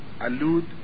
allude